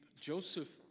Joseph